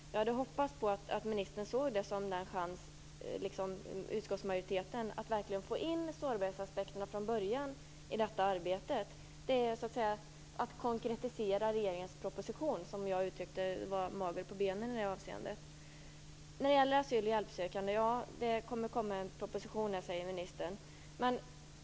Jag hade hoppats att ministern liksom utskottsmajoriteten skulle ta chansen att få med sårbarhetsaspekterna från början i detta arbete. Det gäller att konkretisera regeringens proposition, som jag uttryckte var mager i det avseendet. När det gäller asyl och hjälpsökande säger ministern att det kommer att komma en proposition.